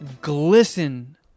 glisten